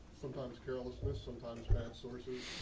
sometimes carelessness, sometimes bad sources,